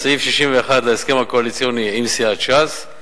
סעיף 61 להסכם הקואליציוני עם סיעת ש"ס,